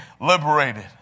liberated